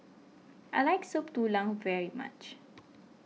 I like Soup Tulang very much